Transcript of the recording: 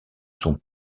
sont